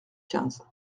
quinze